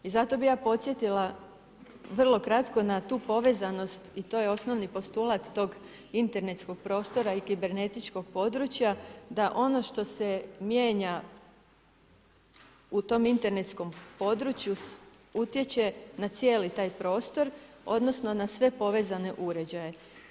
I zato bih ja podsjetila vrlo kratko na tu povezanost i to je osnovni postulat tog internetskog prostora i kibernetičkog područja, da ono što se mijenja u tom internetskom području utječe na cijeli taj prostor, odnosno na sve povezane uređaje.